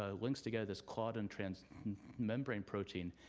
ah links together this clawed and trans membrane protein.